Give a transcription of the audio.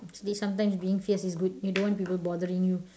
today sometimes being fierce is good you don't want people bothering you